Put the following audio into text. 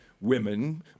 women